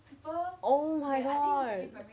oh my god